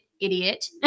idiot